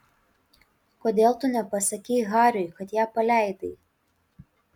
kodėl tu nepasakei hariui kad ją paleidai